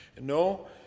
No